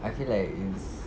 I feel like is